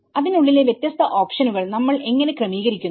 അതിനുള്ളിലെ വ്യത്യസ്ത ഓപ്ഷനുകൾ നമ്മൾ എങ്ങനെ ക്രമീകരിക്കുന്നു